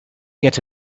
get